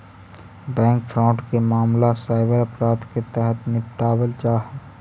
bank fraud के मामला cyber अपराध के तहत निपटावल जा हइ